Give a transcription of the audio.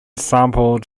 sampled